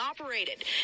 operated